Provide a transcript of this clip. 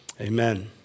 Amen